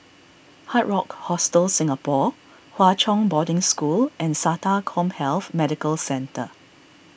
Hard Rock Hostel Singapore Hwa Chong Boarding School and Sata CommHealth Medical Centre